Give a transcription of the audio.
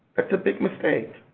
that's a big mistake.